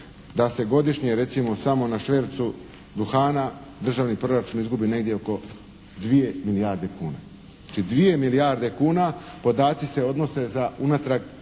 da se godišnje recimo samo na švercu duhana državni proračun izgubi negdje oko 2 milijarde kuna. Znači 2 milijarde kuna, podaci se odnose za unatrag